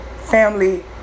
family